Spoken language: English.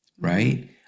right